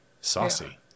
saucy